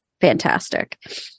fantastic